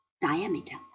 diameter